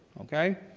okay?